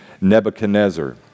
Nebuchadnezzar